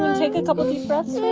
to take a couple deep breaths